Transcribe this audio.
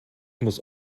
muss